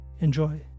Enjoy